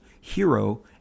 hero